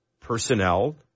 personnel